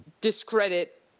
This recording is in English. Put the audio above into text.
discredit